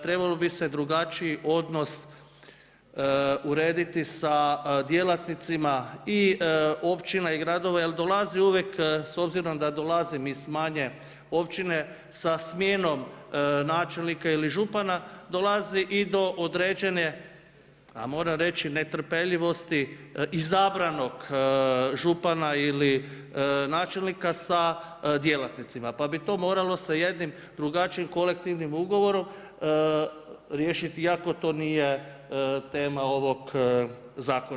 Trebalo bi se drugačiji odnos urediti sa djelatnicima i općina i gradova, jer dolazi uvijek s obzirom da dolazim iz manje općine sa smjenom načelnika ili župana dolazi i do određene, a moram reći netrpeljivosti izabranog župana ili načelnika sa djelatnicima pa bi to moralo sa jednim drugačijim kolektivnim ugovorom riješiti iako to nije tema ovog zakona.